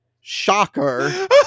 Shocker